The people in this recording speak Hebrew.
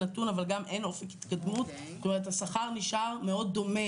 זאת אומרת, אני לא מוכנה